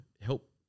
help